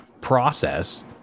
process